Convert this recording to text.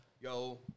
yo